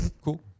cool